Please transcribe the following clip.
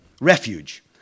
refuge